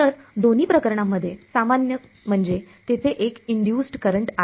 तर दोन्ही प्रकरणांमध्ये सामान्य म्हणजे तेथे एक इंड्युसड् करंट आहे